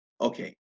okay